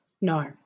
No